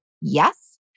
Yes